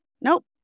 Nope